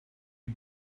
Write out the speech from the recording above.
you